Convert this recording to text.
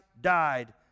died